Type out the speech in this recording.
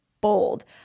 bold